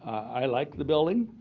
i like the building.